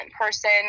person